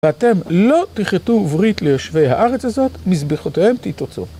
ואתם לא תכרתו ברית ליושבי הארץ הזאת, מזבחותיהם תיתוצון.